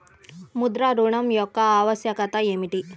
ముద్ర ఋణం యొక్క ఆవశ్యకత ఏమిటీ?